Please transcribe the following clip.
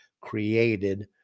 created